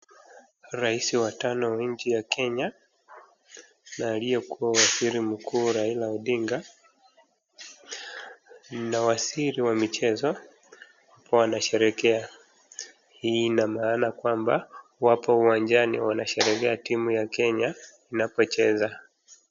Rais wa tano wa nchi ya Kenya na aliyekuwa waziri mkuu Raila Odinga na waziri wa michezo wanasherehekea. Hii inamaana kwamba wapo uwanjani wanasherekea timu ya Kenya inapocheza.